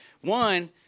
one